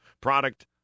product